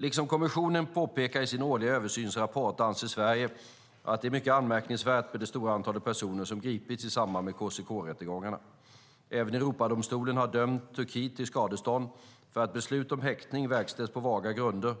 Liksom kommissionen påpekar i sin årliga översynsrapport anser Sverige att det är mycket anmärkningsvärt med det stora antal personer som gripits i samband med KCK-rättegångarna. Även Europadomstolen har dömt Turkiet till skadestånd för att beslut om häktning verkställs på vaga grunder